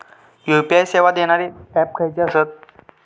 UPI सेवा देणारे app खयचे आसत?